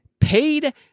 paid